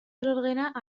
الغناء